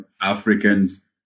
Africans